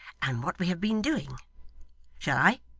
and what we have been doing shall i